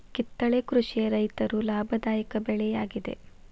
ಕಿತ್ತಳೆ ಕೃಷಿಯ ರೈತರು ಲಾಭದಾಯಕ ಬೆಳೆ ಯಾಗಿದೆ